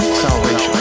Salvation